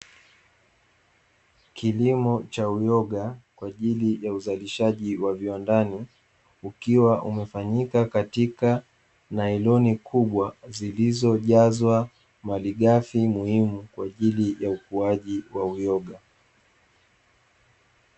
Kilimo cha uyoga kwa ajili ya uzalishaji wa viwandani ukiwa umefanyika katika nailoni kubwa, zilizojazwa malighafi muhimu kwa ajili ya ukuaji wa uyoga.